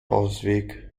ausweg